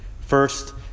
first